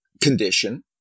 condition